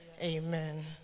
Amen